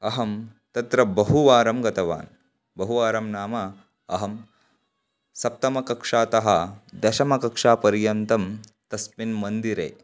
अहं तत्र बहुवारं गतवान् बहुवारं नाम अहं सप्तमकक्षातः दशमकक्षापर्यन्तं तस्मिन् मन्दिरे